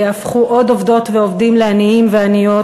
ויהפכו עוד עובדות ועובדים לעניים ועניות,